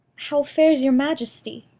how fares your majesty?